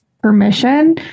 permission